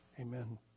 Amen